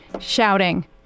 shouting